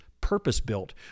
purpose-built